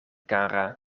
kara